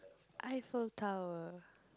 Eiffel Tower